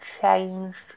changed